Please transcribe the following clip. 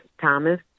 Thomas